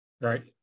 Right